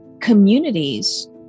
communities